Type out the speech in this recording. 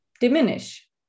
diminish